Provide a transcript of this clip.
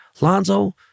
Lonzo